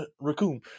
Raccoon